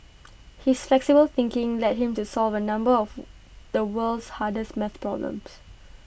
his flexible thinking led him to solve A number of the world's hardest math problems